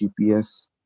gps